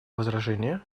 возражения